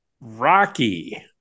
Rocky